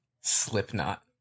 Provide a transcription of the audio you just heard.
Slipknot